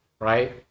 right